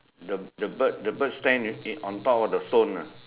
the the bird the bird stand is on top of the stone ah